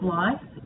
life